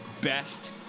best